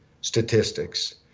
statistics